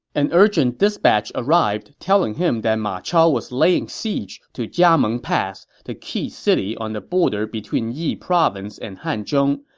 an urgent dispatch arrived, telling him that ma chao was laying siege to jiameng pass, the key city on the border between yi province and hanzhong,